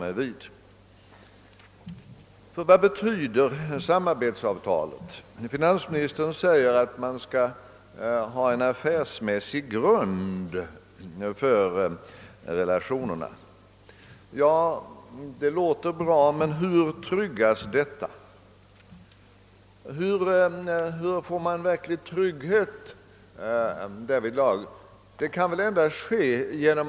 Vad innebär samarbetsavtalet? Finansministern säger, att man skall ha en affärsmässig grund för relationerna. Det låter bra. Men hur får man en verklig trygghet för att så blir fallet?